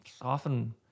often